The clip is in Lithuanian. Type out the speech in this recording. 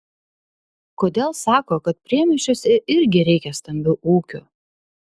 kodėl sako kad priemiesčiuose irgi reikia stambių ūkių